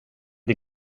des